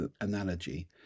analogy